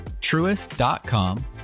truest.com